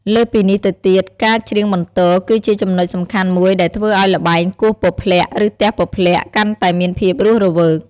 លើសពីនេះទៅទៀតការ ច្រៀងបន្ទរ គឺជាចំណុចសំខាន់មួយដែលធ្វើឱ្យល្បែង គោះពព្លាក់ ឬទះពព្លាក់ កាន់តែមានភាពរស់រវើក។